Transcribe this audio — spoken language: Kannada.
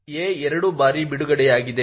a ಎರಡು ಬಾರಿ ಬಿಡುಗಡೆಯಾಗಿದೆ